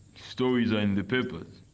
stories are in the papers.